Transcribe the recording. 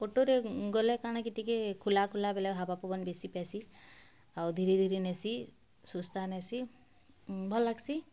ଅଟୋରେ ଗଲେ କାଣାକି ଟିକେ ଖୁଲା ଖୁଲା ବୋଲେ ହାୱା ପବନ୍ ବେଶୀ ପାଏସି ଆଉ ଧୀରେ ଧୀରେ ନେସି ସୁସ୍ତା ନେସି ଭଲ୍ ଲାଗ୍ସି